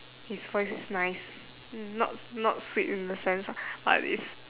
his voice is nice not not sweet in the sense lah but it's